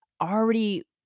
already